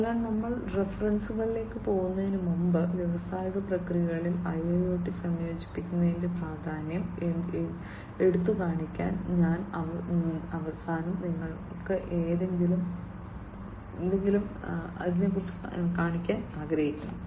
അതിനാൽ ഞങ്ങൾ റഫറൻസുകളിലേക്ക് പോകുന്നതിന് മുമ്പ് വ്യാവസായിക പ്രക്രിയകളിൽ IIOT സംയോജിപ്പിക്കുന്നതിന്റെ പ്രാധാന്യം എടുത്തുകാണിക്കാൻ ഞാൻ അവസാനം നിങ്ങൾക്ക് എന്തെങ്കിലും കാണിക്കാൻ ആഗ്രഹിച്ചു